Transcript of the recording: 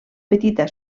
petita